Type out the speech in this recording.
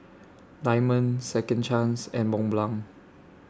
Diamond Second Chance and Mont Blanc